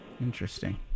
Interesting